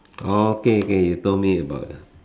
okay K you told me about